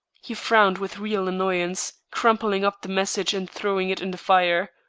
he frowned with real annoyance, crumpling up the message and throwing it in the fire.